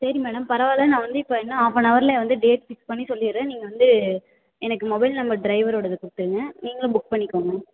சரி மேடம் பரவாயில்ல நான் வந்து இப்போ இன்னும் ஆஃப் அண்ட் ஹவரில் வந்து டேட் ஃபிக்ஸ் பண்ணி சொல்லிவிடுறேன் நீங்கள் வந்து எனக்கு மொபைல் நம்பர் ட்ரைவரோடது கொடுத்துருங்க நீங்களும் புக் பண்ணிக்கோங்க